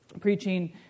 preaching